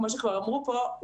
כמו שכבר אמרו פה,